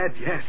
Yes